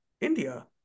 India